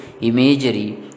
imagery